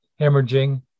hemorrhaging